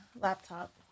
laptop